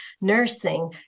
nursing